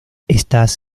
estas